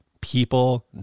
people